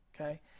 Okay